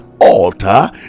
altar